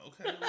Okay